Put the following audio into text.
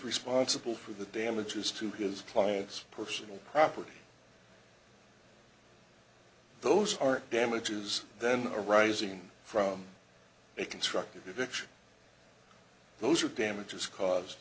responsible for the damages to his client's personal property those are damaged jews then arising from a constructive eviction those are damages caused